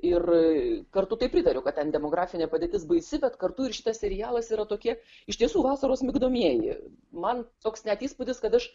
ir kartu taip pritariu kad ten demografinė padėtis baisi bet kartu ir šitas serialas yra tokie iš tiesų vasaros migdomieji man toks net įspūdis kad aš